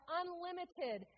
unlimited